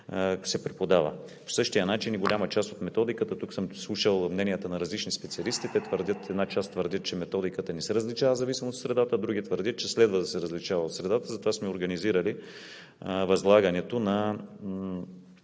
се преподава. По същия начин и голяма част от методиката – тук съм слушал мненията на различни специалисти. Една част твърдят, че методиката не се различава в зависимост от средата, а други твърдят, че следва да се различава от средата. Затова сме организирали възлагането на